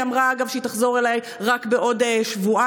היא אמרה, אגב, שהיא תחזור אליי רק בעוד שבועיים.